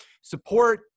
support